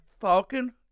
Falcon